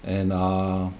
and err